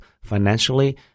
financially